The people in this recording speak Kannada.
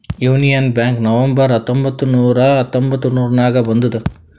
ಯೂನಿಯನ್ ಬ್ಯಾಂಕ್ ನವೆಂಬರ್ ಹತ್ತೊಂಬತ್ತ್ ನೂರಾ ಹತೊಂಬತ್ತುರ್ನಾಗ್ ಬಂದುದ್